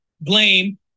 blame